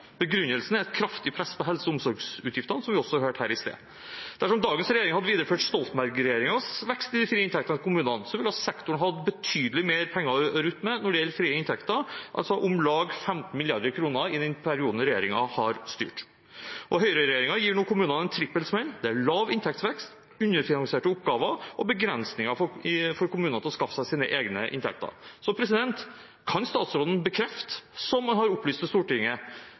Begrunnelsen er et kraftig press på helse- og omsorgsutgiftene, som vi også hørte her i sted. Dersom dagens regjering hadde videreført Stoltenberg-regjeringens vekst i de frie inntektene til kommunene, ville sektoren ha hatt betydelig mer penger å rutte med når det gjelder frie inntekter, om lag 15 mrd. kr i den perioden regjeringen har styrt. Høyreregjeringen gir nå kommunene en trippel smell: Det er lav inntektsvekst, underfinansierte oppgaver og begrensninger for kommunene til å skaffe seg sine egne inntekter. Kan statsråden bekrefte, som man har opplyst til Stortinget,